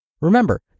Remember